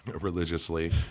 religiously